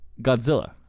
Godzilla